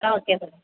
ఓకేనండి